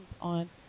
on